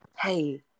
Hey